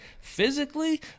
physically